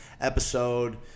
episode